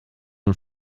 und